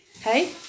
Hey